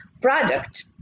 product